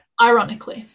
Ironically